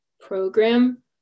program